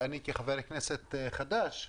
אני כחבר כנסת חדש,